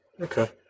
okay